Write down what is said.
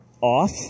off